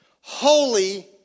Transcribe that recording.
Holy